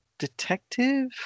Detective